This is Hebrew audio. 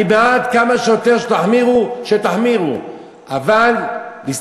אני בעד שתחמירו כמה שיותר,